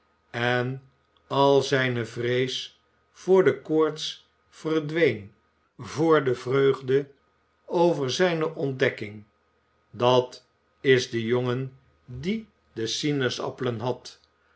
en al zijne vrees voor de koorts verdween voor de vreugde over zijne ontdekking dat is de jongen die de sinaasappelen had